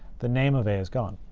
the name of a is gone.